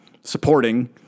supporting